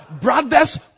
Brothers